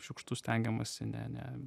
šiukštu stengiamasi ne ne